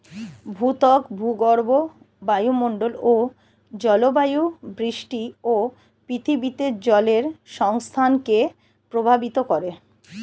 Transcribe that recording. ভূত্বক, ভূগর্ভ, বায়ুমন্ডল ও জলবায়ু বৃষ্টি ও পৃথিবীতে জলের সংস্থানকে প্রভাবিত করে